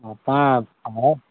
మొత్తం